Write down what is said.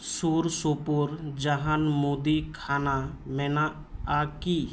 ᱥᱩᱨ ᱥᱩᱯᱩᱨ ᱡᱟᱦᱟᱱ ᱢᱩᱫᱤ ᱠᱷᱟᱱᱟ ᱢᱮᱱᱟᱜ ᱟᱠᱤ